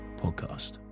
Podcast